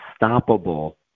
unstoppable